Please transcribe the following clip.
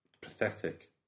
Pathetic